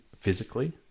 physically